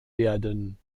werden